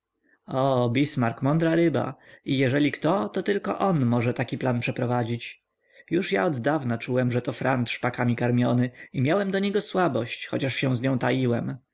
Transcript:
o bismark mądra ryba i jeżeli kto to tylko on może taki plan przeprowadzić ja już oddawna czułem że to frant szpakami karmiony i miałem do niego słabość chociaż się z nią taiłem